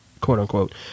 quote-unquote